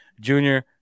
Junior